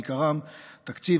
בעיקרם תקציב,